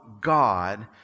God